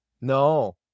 no